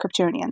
Kryptonians